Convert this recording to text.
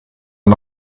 man